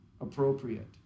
appropriate